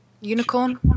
Unicorn